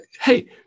Hey